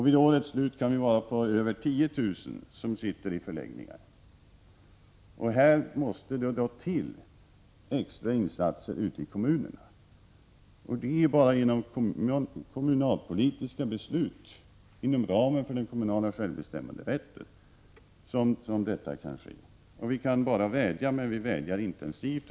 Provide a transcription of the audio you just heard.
Vid årets slut kan antalet människor som sitter i förläggningar uppgå till 10 000. Här måste det till extra insatser ute i kommunerna. Det är bara genom kommunalpolitiska beslut inom ramen för den kommunala självbestämmanderätten som detta kan ske. Vi kan bara vädja till kommunerna, och vi vädjar intensivt.